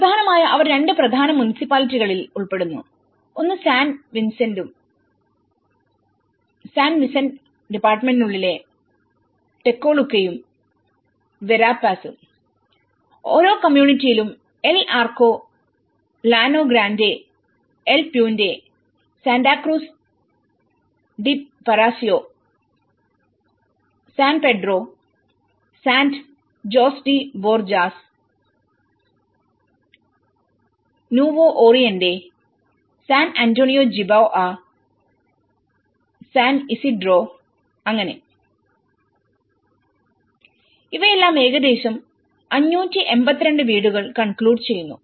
പ്രധാനമായും അവർ രണ്ട് പ്രധാന മുനിസിപ്പാലിറ്റികളിൽ ഉൾപ്പെടുന്നു ഒന്ന് സാൻ വിസെന്റെഡിപ്പാർട്ട്മെന്റിനുള്ളിലെ ടെക്കോളൂക്കയും വെരാപാസും ഓരോ കമ്മ്യൂണിറ്റിയിലും El Arco Llano Grande El Puente Santa Cruz de Paraiso San Pedro San Jose de Borjas Nuevo Oriente San Antonio Jiboa San Isidroസാൻ ഇസിഡ്രോ അങ്ങനെ ഇവയെല്ലാം ഏകദേശം 582 വീടുകൾ കൺക്ലൂഡ് ചെയ്യുന്നു